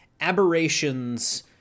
Aberrations